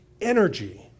energy